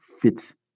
fits